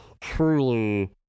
truly